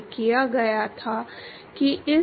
यह बहुत उबाऊ काम है लेकिन किसी ने यह उबाऊ काम किया है